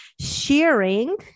sharing